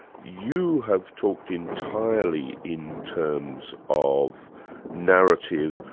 you have talked entirely in terms of narrative,